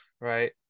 right